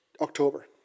October